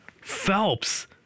Phelps